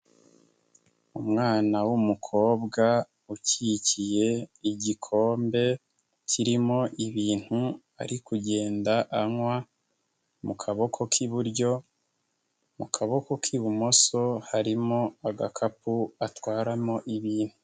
Umwana w'umukobwa ukikiye igikombe kirimo ibintu ari kugenda anywa mu kaboko k'iburyo, mu kaboko k'ibumoso harimo agakapu atwaramo ibintu.